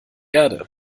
erde